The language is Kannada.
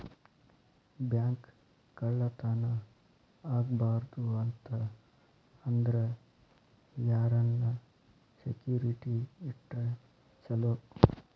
ಬ್ಯಾಂಕ್ ಕಳ್ಳತನಾ ಆಗ್ಬಾರ್ದು ಅಂತ ಅಂದ್ರ ಯಾರನ್ನ ಸೆಕ್ಯುರಿಟಿ ಇಟ್ರ ಚೊಲೊ?